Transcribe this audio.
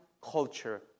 culture